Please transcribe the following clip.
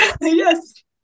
Yes